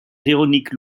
véronique